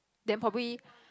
then probably